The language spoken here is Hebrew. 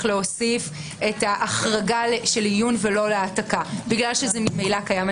להוסיף את ההחרגה של עיון ולא להעתקה כי זה ממילא קיים.